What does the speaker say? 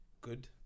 good